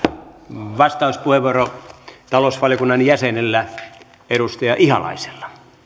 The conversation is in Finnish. vastauspuheenvuoro talousvaliokunnan jäsenellä edustaja ihalaisella arvoisa puhemies